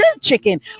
chicken